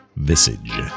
visage